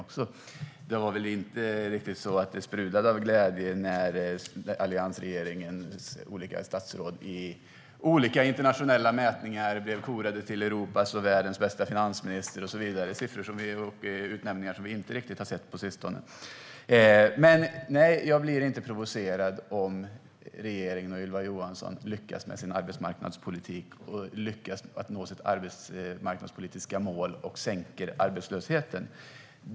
Det sprudlade väl inte riktigt av glädje när alliansregeringens statsråd i olika internationella mätningar blev korade till Europas och världens bästa till exempel finansminister och så vidare. Det var siffror på utnämningar som vi inte riktigt har sett på sistone. Nej, jag blir inte provocerad om regeringen och Ylva Johansson lyckas med sin arbetsmarknadspolitik och lyckas att nå sitt arbetsmarknadspolitiska mål för att sänka arbetslösheten.